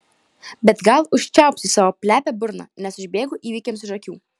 bet gal užčiaupsiu savo plepią burną nes užbėgu įvykiams už akių